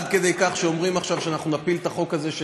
עד כדי כך שאומרים עכשיו שאנחנו נפיל את החוק הזה,